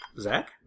Zach